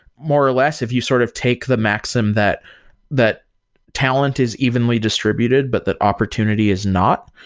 more or less, if you sort of take the maxim that that talent is evenly distributed, but the opportunity is not.